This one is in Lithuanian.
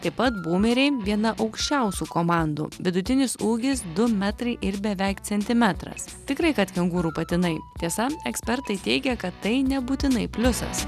taip pat būmeriai viena aukščiausių komandų vidutinis ūgis du metrai ir beveik centimetras tikrai kad kengūrų patinai tiesa ekspertai teigia kad tai nebūtinai pliusas